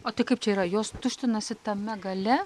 o tai kaip čia yra jos tuštinasi tame gale